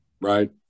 right